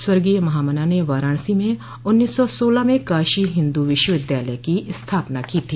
स्वर्गीय महामना ने वाराणसी में उन्नीस सौ सोलह में काशी हिन्दू विश्वविद्यालय की स्थापना की थी